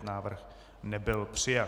Návrh nebyl přijat.